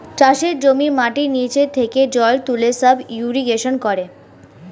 চাষের জমির মাটির নিচে থেকে জল তুলে সাব ইরিগেশন করে